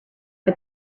but